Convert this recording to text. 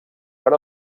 per